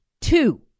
two